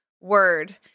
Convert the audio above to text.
word